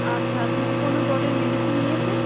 আচ্ছা আপনি কি কোনো জ্বরের মেডিসিন নিয়েছেন